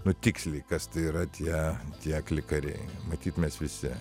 nu tiksliai kas tai yra tie tie akli kariai matyt mes visi